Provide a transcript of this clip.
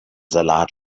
salat